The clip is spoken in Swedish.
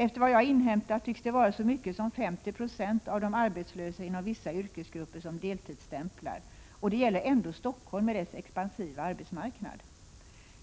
Efter vad jag har inhämtat tycks det vara så mycket som 50 26 av de arbetslösa inom vissa yrkesgrupper som deltidsstämplar. Och det gäller ändå Stockholm, med dess expansiva arbetsmarknad.